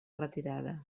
retirada